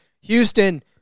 Houston